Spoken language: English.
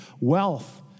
wealth